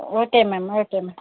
okay ma'am okay ma'am